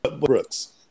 Brooks